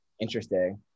Interesting